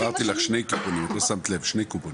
אמרתי לך, שני קופונים,